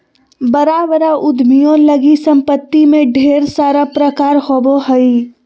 बड़ा बड़ा उद्यमियों लगी सम्पत्ति में ढेर सारा प्रकार होबो हइ